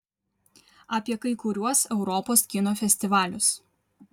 apie kai kuriuos europos kino festivalius